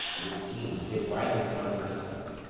as it seems, did violence on herself.